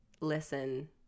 listen